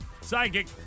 psychic